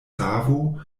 savo